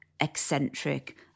eccentric